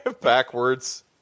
Backwards